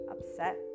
upset